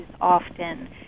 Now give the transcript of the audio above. often